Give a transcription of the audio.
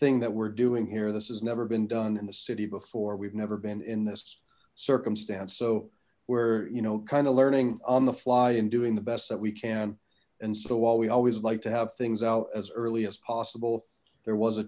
thing that we're doing here this has never been done in the city before we've never been in this circumstance so we're you know kind of learning on the fly and doing the best that we can and so while we always like to have things out as early as possible there was a